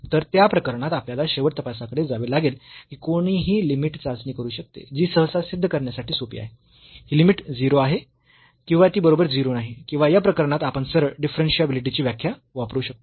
तर त्या प्रकरणात आपल्याला शेवट तपासाकडे जावे लागेल की कोणीही लिमिट चाचणी वापरू शकते जी सहसा सिद्ध करण्यासाठी सोपी आहे ही लिमिट 0 आहे किंवा ती बरोबर 0 नाही किंवा या प्रकरणात आपण सरळ डिफरन्शियाबिलिटी ची व्याख्या वापरू शकतो